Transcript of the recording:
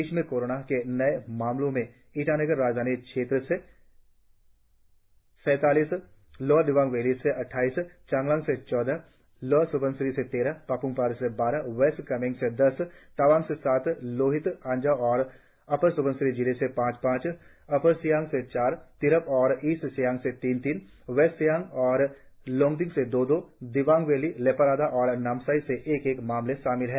प्रदेश में कोरोना के आए नए मामलों में ईटानगर राजधानी क्षेत्र से सैतालीस लोअर दिबांग वैली से अड्डाईस चांगलांग से चौदह लोअर सुबनसिरी से तेरह पाप्मपारे से बारह वेस्ट कामेंग से दस तवांग से सात लोहित अंजाव और अपर स्बनसिरी जिले से पांच पांच अपर सियांग से चार तिराप और ईस्ट सियांग से तीन तीन वेस्ट सियांग और लोंगडिंग से दो दो दिबांग वैली लेपारादा और नामसाई से एक एक मामले शामिल है